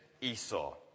Esau